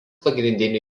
pagrindinių